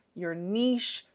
your niche,